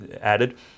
added